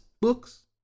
books